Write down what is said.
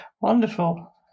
Wonderful